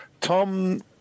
Tom